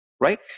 right